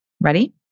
ready